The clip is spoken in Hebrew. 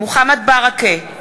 מוחמד ברכה,